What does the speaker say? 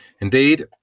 INDEED